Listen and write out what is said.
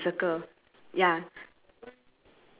two big two big adults and one young baby